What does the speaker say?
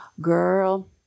girl